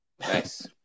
Nice